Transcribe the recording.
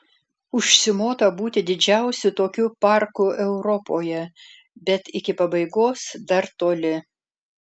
užsimota būti didžiausiu tokiu parku europoje bet iki pabaigos dar toli